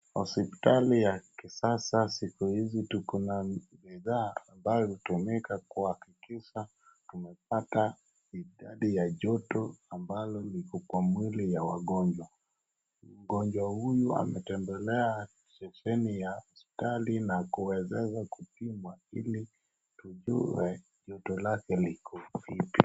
Hosipitali ya kisasa sikuizi tuko na bidhaa ambayo hutumika kuhakikisha tumepata idadi ya joto ambalo liko kwa mwili ya wagonjwa. Mgonjwa hiyu ametembelea stesheni ya hosipitali na kuweza kupimwa. Ili tujue joto lake liko vipi.